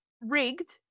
rigged